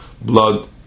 blood